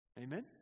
Amen